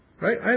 Right